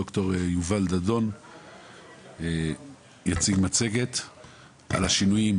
ד"ר יובל דאדון שיציג מצגת על השינויים